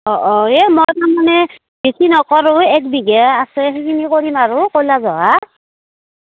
অঁ অঁ এই মই তাৰমানে বেছি নকৰোঁ এক বিঘা আছে সেইখিনি কৰিম আৰু ক'লা জহা